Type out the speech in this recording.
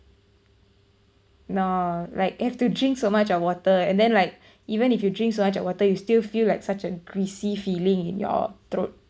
no like have to drink so much of water and then like even if you drink so much of water you still feel like such a greasy feeling in your throat